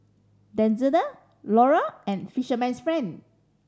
Denizen Lora and Fisherman's Friend